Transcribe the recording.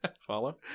Follow